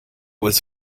was